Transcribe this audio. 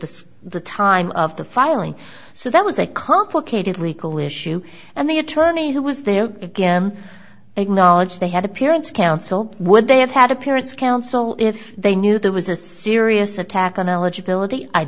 the the time of the filing so that was a complicated legal issue and the attorney who was there again acknowledged they had appearance counsel would they have had a parent's counsel if they knew there was a serious attack on eligibility i